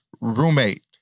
roommate